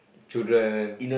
children